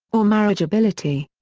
or marriageability.